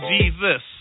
Jesus